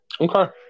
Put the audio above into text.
Okay